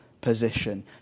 position